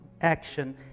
action